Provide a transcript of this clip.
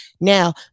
Now